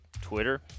Twitter